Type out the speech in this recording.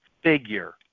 figure